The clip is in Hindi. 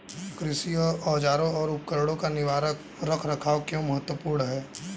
कृषि औजारों और उपकरणों का निवारक रख रखाव क्यों महत्वपूर्ण है?